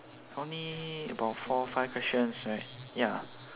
only about four five questions right ya